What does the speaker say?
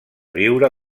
viure